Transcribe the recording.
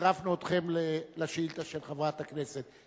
וצירפנו אתכם לשאילתא של חברת הכנסת.